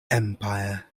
empire